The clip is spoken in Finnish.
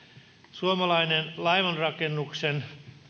suomalaisen laivanrakennuksen